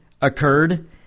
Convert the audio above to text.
occurred